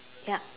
yup